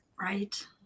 Right